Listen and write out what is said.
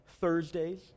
Thursdays